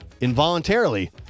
involuntarily